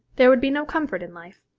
there would be no comfort in life.